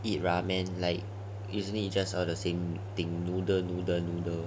eat ramen like isn't it just the same thing noodle noodle noodle